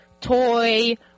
toy